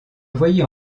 voyez